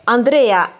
Andrea